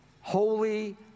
holy